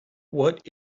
what